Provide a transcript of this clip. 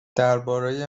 درباره